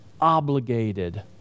obligated